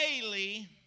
daily